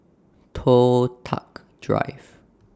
Toh Tuck Drive